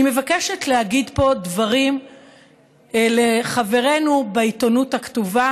אני מבקשת להגיד פה דברים לחברינו בעיתונות הכתובה